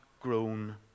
Grown